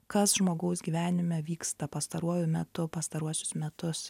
kas žmogaus gyvenime vyksta pastaruoju metu pastaruosius metus